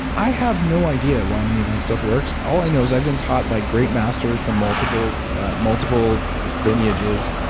i have no idea why any of that stuff works. all i know is i've been taught by great masters from multiple multiple lineages.